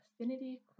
affinity